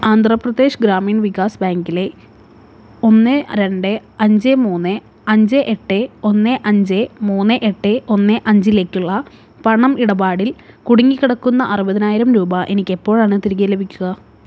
ആന്ധ്രാപ്രദേശ് ഗ്രാമീൺ വികാസ് ബാങ്കിലെ ഒന്ന് രണ്ട് അഞ്ച് മൂന്ന് അഞ്ച് എട്ട് ഒന്ന് അഞ്ച് മൂന്ന് എട്ട് ഒന്ന് അഞ്ചിലേക്കുള്ള പണം ഇടപാടിൽ കുടുങ്ങിക്കിടക്കുന്ന അറുപതിനായിരം രൂപ എനിക്ക് എപ്പോഴാണ് തിരികെ ലഭിക്കുക